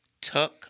Tuck